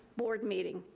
board meeting.